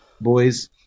Boys